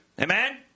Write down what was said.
Amen